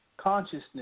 Consciousness